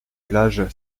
plages